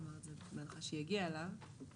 כלומר, אני מניחה שהיא הגיעה אליו.